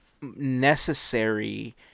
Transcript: necessary